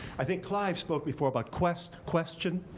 i think clive spoke before about quest, question.